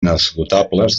inesgotables